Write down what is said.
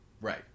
Right